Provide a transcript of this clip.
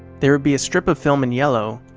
there would be a strip of film in yellow,